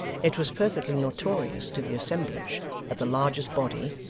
it was perfectly notorious to the assemblage that the largest body,